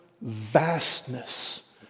vastness